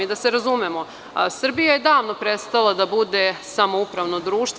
Da se razumemo, Srbija je davno prestala da bude samoupravno društvo.